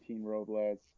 Robles